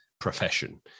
profession